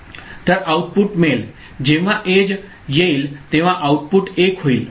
तर आऊटपुट मिळेल जेव्हा एज धार येईल तेव्हा आऊटपुट 1 होईल